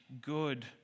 good